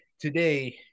Today